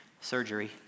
surgery